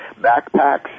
backpacks